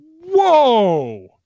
whoa